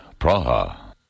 Praha